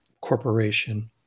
corporation